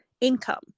income